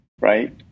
right